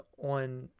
on